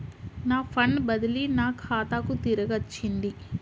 నా ఫండ్ బదిలీ నా ఖాతాకు తిరిగచ్చింది